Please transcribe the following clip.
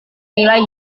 nilai